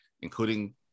including